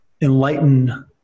enlighten